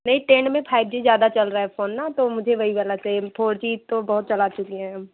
नहीं टेंड में five G ज्यादा चल रहा है फोन ना तो मुझे वही वाला चाहिए फोर जी तो बहुत चला चुकी हैं हम